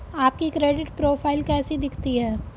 आपकी credit profile कैसी दिखती है?